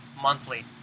monthly